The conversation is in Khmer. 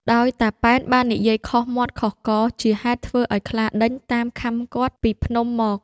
ដោយតាប៉ែន បាននិយាយខុសមាត់ខុសករ ជាហេតុធ្វើឲ្យខ្លាដេញតាមខាំគាត់ពីភ្នំមក ។